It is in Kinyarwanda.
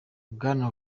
bwana